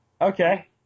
okay